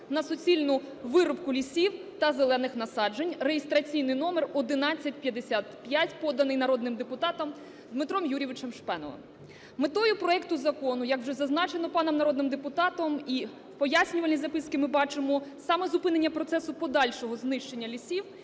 на суцільну вирубку лісів та зелених насаджень (реєстраційний номер 1155), поданий народним депутатом Дмитром Юрійовичем Шпеновим. Метою проекту закону, як вже зазначено паном народним депутатом, і в Пояснювальній записці ми бачимо: саме зупинення процесу подальшого знищення лісів